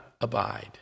abide